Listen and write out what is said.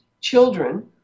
children